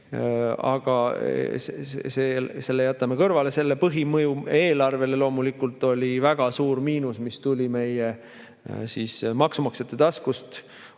Aga selle jätame kõrvale. Selle põhimõju eelarvele oli loomulikult väga suur miinus, mis tuli meie maksumaksjate taskust